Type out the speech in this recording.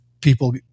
people